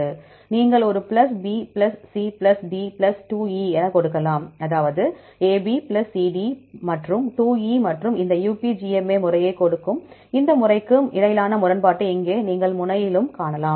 நீங்கள் ஒரு plus b plus c plus d plus 2 e என கொடுக்கலாம் அதாவது AB பிளஸ் CD மற்றும் 2e மற்றும் இந்த UPGMA முறைக்கும் இந்த முறைக்கும் இடையிலான முரண்பாட்டை இங்கே நீங்கள் முனையிலும் காணலாம்